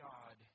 God